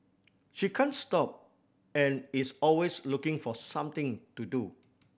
she can't stop and is always looking for something to do